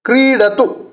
क्रीडतु